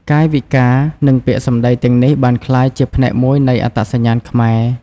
កាយវិការនិងពាក្យសម្ដីទាំងនេះបានក្លាយជាផ្នែកមួយនៃអត្តសញ្ញាណខ្មែរ។